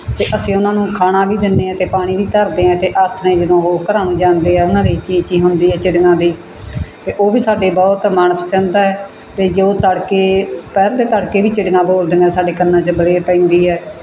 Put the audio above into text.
ਅਤੇ ਅਸੀਂ ਉਹਨਾਂ ਨੂੰ ਖਾਣਾ ਵੀ ਦਿੰਦੇ ਹਾਂ ਅਤੇ ਪਾਣੀ ਵੀ ਧਰਦੇ ਹਾਂ ਅਤੇ ਆਥਣੇ ਜਦੋਂ ਉਹ ਘਰਾਂ ਨੂੰ ਜਾਂਦੇ ਆ ਉਹਨਾਂ ਦੀ ਚੀ ਚੀ ਹੁੰਦੀ ਹੈ ਚਿੜੀਆਂ ਦੀ ਅਤੇ ਉਹ ਵੀ ਸਾਡੇ ਬਹੁਤ ਮਨਪਸੰਦ ਹੈ ਅਤੇ ਜੋ ਤੜਕੇ ਦੁਪਹਿਰ ਦੇ ਤੜਕੇ ਵੀ ਚਿੜੀਆਂ ਬੋਲਦੀਆਂ ਸਾਡੇ ਕੰਨਾਂ 'ਚ ਪੈਂਦੀ ਹੈ